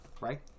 right